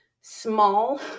small